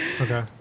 Okay